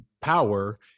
power